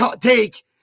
take